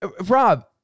Rob